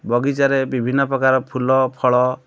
ବଗିଚାରେ ବିଭିନ୍ନ ପ୍ରକାର ଫୁଲ ଫଳ